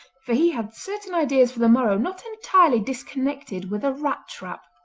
for he had certain ideas for the morrow not entirely disconnected with a rat-trap.